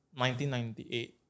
1998